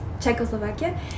Czechoslovakia